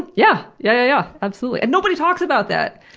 yeah yeah yeah, absolutely. and nobody talks about that!